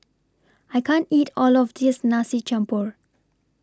I can't eat All of This Nasi Campur